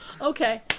Okay